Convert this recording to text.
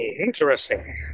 Interesting